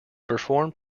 performed